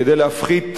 כדי להפחית,